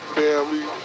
family